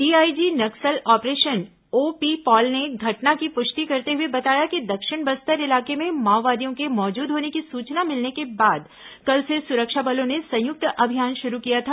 DIG Naxal operation OP Paul ने घटना की पुष्टि करते हुए बताया कि दक्षिण बस्तर इलाके में माओवादियों के मौजूद होने की सूचना मिलने के बाद कल से सुरक्षा बलों ने संयुक्त अभियान शुरू किया था